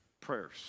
prayers